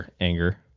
anger